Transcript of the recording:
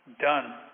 done